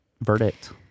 Verdict